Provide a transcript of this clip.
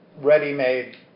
ready-made